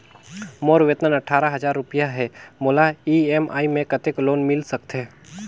मोर वेतन अट्ठारह हजार रुपिया हे मोला ई.एम.आई मे कतेक लोन मिल सकथे?